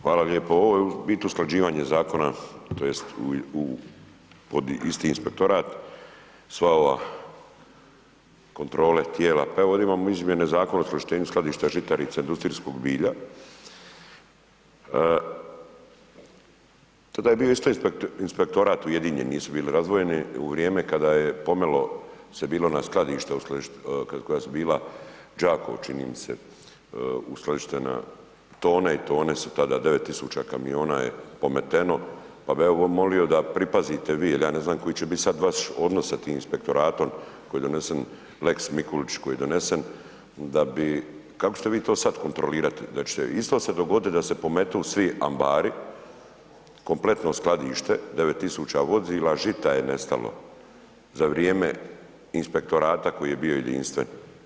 Hvala lijepo, ovo je u biti usklađivanje zakona tj. pod isti inspektorat, sva ova kontrole tijela, pa evo ovdje imamo izmjene Zakona o uskladištenju i skladišnici za žitarice i industrijsko bilje, tada je bio isto inspektorat ujedinjeni, nisu bili razdvojeni u vrijeme kada je pomelo se bilo na skladište, koja su bila u Đakovu, čini mi se, uskladištena, tone i tone su tada, 9000 kamiona je pometeno, pa bi ja evo molio da pripazite vi jel ja ne znam koji će bit sad vaš odnos sa tim Inspektoratom koji je donesen lex Mikulić, koji je donesen da bi, kako ćete vi to sad kontrolirat, da će se isto se dogodit da se pometu svi ambari, kompletno skladište 9000 vozila žita je nestalo za vrijeme Inspektorata koji je bio jedinstven.